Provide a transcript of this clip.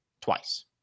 twice